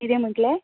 कितें म्हणलें